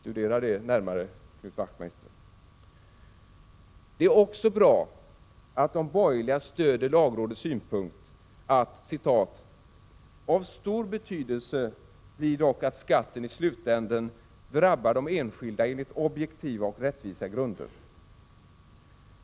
29 Det är också bra att de borgerliga stöder lagrådets synpunkt ”Av stor betydelse blir dock att skatten i slutänden drabbar de enskilda enligt objektiva och rättvisa grunder.